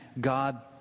God